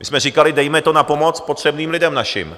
My jsme říkali: Dejme to na pomoc potřebným lidem našim.